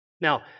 Now